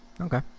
Okay